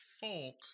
folk